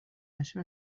نشه